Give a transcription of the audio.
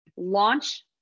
launch